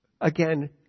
Again